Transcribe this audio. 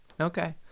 Okay